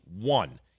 one